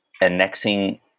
annexing